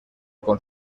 con